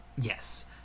Yes